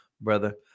brother